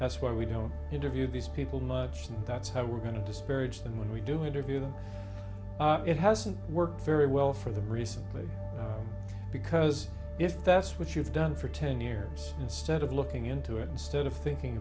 that's why we don't interview these people much that's how we're going to disparage them when we do interview them it hasn't worked very well for them recently because if that's what you've done for ten years instead of looking into it stead of thinking